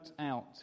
out